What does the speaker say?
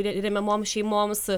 remiamoms šeimoms